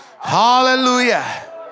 Hallelujah